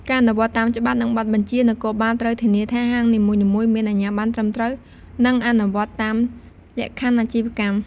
ការអនុវត្តតាមច្បាប់ និងបទបញ្ជា នគរបាលត្រូវធានាថា ហាងនីមួយៗមានអាជ្ញាបណ្ណត្រឹមត្រូវ និងអនុវត្តតាមលក្ខខណ្ឌអាជីវកម្ម។